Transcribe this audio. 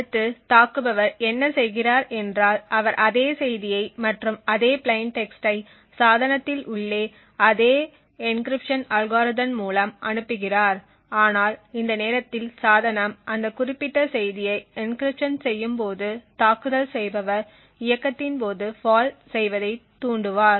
அடுத்து தாக்குபவர் என்ன செய்கிறார் என்றால் அவர் அதே செய்தியை மற்றும் அதே பிளைன் டெக்ஸ்டை சாதனத்தில் உள்ள அதே என்கிரிப்ஷன் அல்காரிதம் மூலம் அனுப்புகிறார் ஆனால் இந்த நேரத்தில் சாதனம் அந்த குறிப்பிட்ட செய்தியை என்கிரிப்ஷன் செய்யும் போது தாக்குதல் செய்பவர் இயக்கத்தின் போது ஃபால்ட் செய்வதை தூண்டுவார்